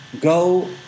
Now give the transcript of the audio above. go